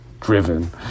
driven